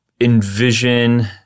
envision